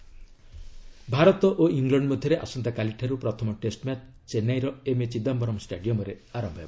cricket Bharat ଓ England ମଧ୍ୟରେ ଆସନ୍ତାକାଲିଠାରୁ ପ୍ରଥମ ଟେଷ୍ଟ ମ୍ୟାଚ୍ ଚେନ୍ନାଇର ଏମ୍ଏ ଚିଦାୟରମ୍ ଷ୍ଟାଡିୟମ୍ରେ ଆରମ୍ଭ ହେବ